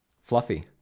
Fluffy